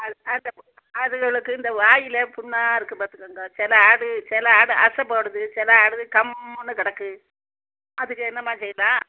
அது அது அதுங்களுக்கு இந்த வாயில் புண்ணாக இருக்குது பார்த்துக்குங்க சில ஆடு சில ஆடு அசைப்போடுது சில ஆடு கம்முன்னு கிடக்கு அதுக்கு என்னம்மா செய்யலாம்